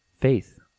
faith